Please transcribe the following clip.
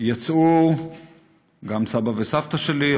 יצאו גם סבא וסבתא שלי,